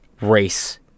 race